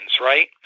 right